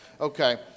Okay